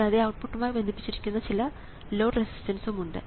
കൂടാതെ ഔട്ട്പുട്ടുമായി ബന്ധിപ്പിച്ചിരിക്കുന്ന ചില ലോഡ് റെസിസ്റ്റൻസും ഉണ്ട്